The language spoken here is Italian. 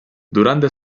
durante